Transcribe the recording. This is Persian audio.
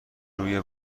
روی